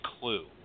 clue